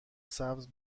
سبز